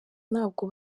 ntabwo